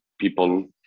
people